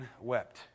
wept